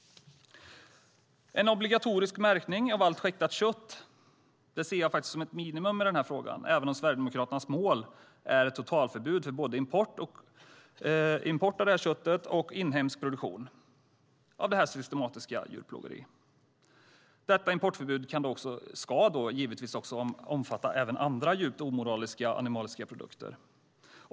En obligatorisk märkning av allt skäktat kött ser jag som ett minimum i denna fråga, även om Sverigedemokraternas mål är ett totalförbud för både import och inhemsk produktion av detta kött och detta systematiska djurplågeri. Importförbudet ska då givetvis omfatta även andra djupt omoraliska animaliska produkter.